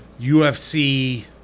UFC